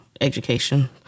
education